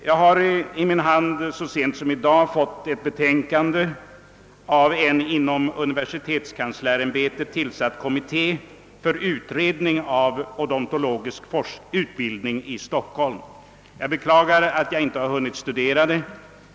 Jag har så sent som i dag fått i min hand ett betänkande av en inom universitetskanslersämbetet tillsatt kommitté för utredning av odontologisk utbildning i Stockholm. Jag beklagar att jag inte har hunnit studera det.